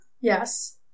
Yes